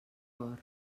cor